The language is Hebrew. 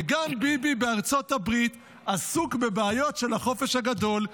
וגם ביבי בארצות הברית עסוק בבעיות של החופש הגדול: